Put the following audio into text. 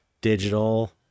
digital